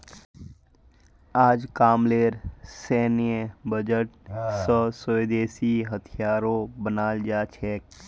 अजकामलेर सैन्य बजट स स्वदेशी हथियारो बनाल जा छेक